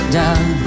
down